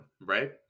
right